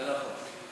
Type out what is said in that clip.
זה נכון.